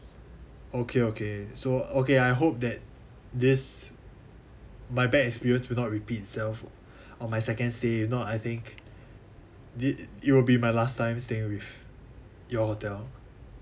okay okay so okay I hope that this my bad experience will not repeat itself on my second stay if not I think did it will be my last time staying with your hotel